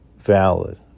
valid